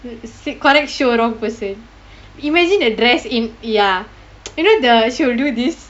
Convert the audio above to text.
correct show wrong person imagine the dress in ya you know the she will do this